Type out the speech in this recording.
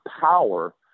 power